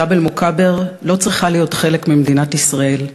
ג'בל-מוכבר לא צריכה להיות חלק ממדינת ישראל.